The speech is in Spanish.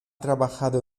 trabajado